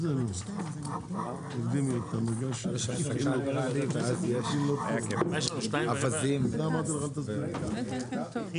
הישיבה ננעלה בשעה 13:27.